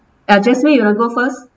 uh jasmine you want to go first